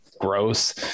gross